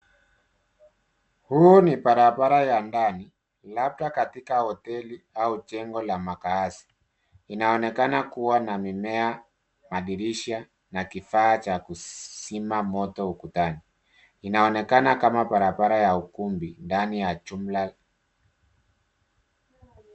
Hii ni barabara ya ndani, labda katika hoteli au jengo la makazi. Inaonekana kuwa na mimea, madirisha na kifaa cha kuzima moto ukutani. Inaonekana kama barabara ya ukumbi ndani ya jumla.